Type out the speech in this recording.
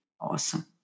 Awesome